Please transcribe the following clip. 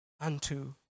unto